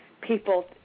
people